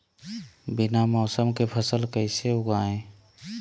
बिना मौसम के फसल कैसे उगाएं?